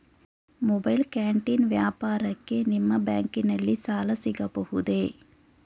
Mobile canteen ವ್ಯಾಪಾರಕ್ಕೆ ನಿಮ್ಮ ಬ್ಯಾಂಕಿನಲ್ಲಿ ಸಾಲ ಸಿಗಬಹುದೇ?